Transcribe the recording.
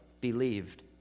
believed